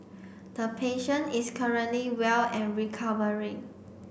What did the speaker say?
the patient is currently well and recovering